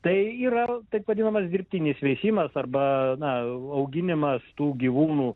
tai yra taip vadinamas dirbtinis veisimas arba na auginimas tų gyvūnų